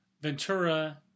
Ventura